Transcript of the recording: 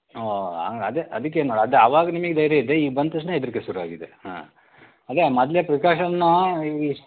ಓಹ್ ಹಂಗ್ ಅದೇ ಅದಕ್ಕೆ ನೋಡಿ ಅದು ಆವಾಗ ನಿಮಗೆ ಧೈರ್ಯ ಇದೆ ಈಗ ಬಂದ ತಕ್ಷಣ ಹೆದ್ರಿಕೆ ಶುರುವಾಗಿದೆ ಹಾಂ ಅದೇ ಮೊದಲೇ ಪ್ರಿಕಾಷನ್ನು